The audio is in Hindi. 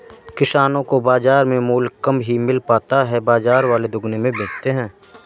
किसानो को बाजार में मूल्य कम ही मिल पाता है बाजार वाले दुगुने में बेचते है